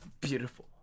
beautiful